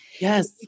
Yes